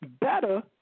better